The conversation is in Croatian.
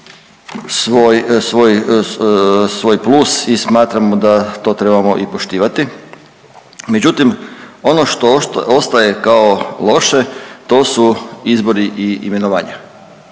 svoj plus i smatramo da to trebamo i poštivati. Međutim, ono što ostaje kao loše to su izbori i imenovanja.